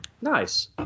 Nice